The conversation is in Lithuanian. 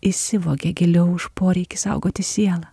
įsivogė giliau už poreikį saugoti sielą